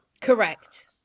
correct